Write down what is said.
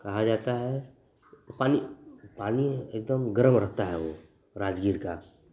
कहा जाता है पानी पानी एकदम गरम रहता है राजगीर का